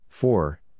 Four